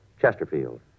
Chesterfield